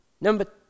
Number